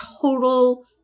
total